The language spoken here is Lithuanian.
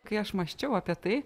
kai aš mąsčiau apie tai